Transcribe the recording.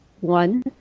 One